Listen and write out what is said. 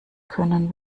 können